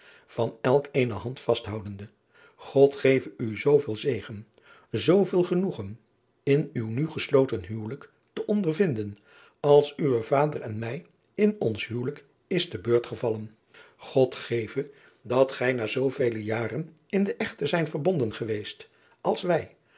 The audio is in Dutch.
van elk eene hand vasthoudende od geve u zooveel zegen zooveel genoegen in uw nu gesloten huwelijk te ondervinden als uwen vader en mij in ons huwelijk is te beurt gevallen od geve dat gij na zoovele jaren in den echt te zijn verbonden geweest als wij